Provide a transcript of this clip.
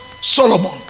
Solomon